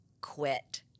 quit